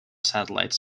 satellites